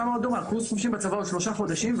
קורס חובשים בצבא אורך כשלושה חודשים,